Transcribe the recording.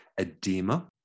edema